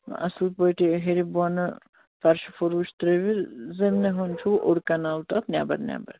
اَصٕل پٲٹھۍ یہِ ہیٚرِ بۄنہٕ فَرش فُروٗش ترٛٲوِتھ زٔمیٖن ہن چھُو اوٚڑ کَنال تَتھ نٮ۪بَر نٮ۪بَر